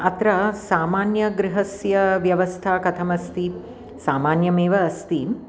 अत्र सामान्यगृहस्य व्यवस्था कथमस्ति सामान्यमेव अस्ति